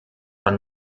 man